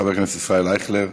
חבר הכנסת ישראל אייכלר,